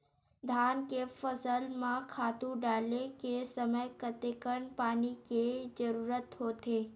धान के फसल म खातु डाले के समय कतेकन पानी के जरूरत होथे?